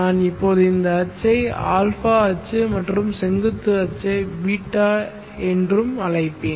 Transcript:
நான் இப்போது இந்த அச்சை α அச்சு மற்றும் செங்குத்து அச்சை β என்றும் அழைப்பேன்